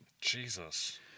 Jesus